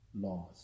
laws